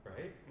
right